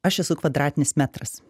aš esu kvadratinis metras